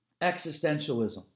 existentialism